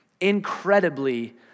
Incredibly